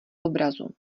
obrazu